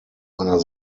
einer